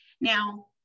Now